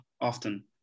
often